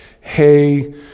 hey